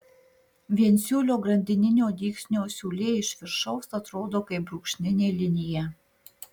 viensiūlio grandininio dygsnio siūlė iš viršaus atrodo kaip brūkšninė linija